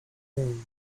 learn